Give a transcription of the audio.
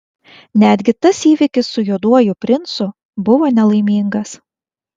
netgi tas įvykis su juoduoju princu buvo nelaimingas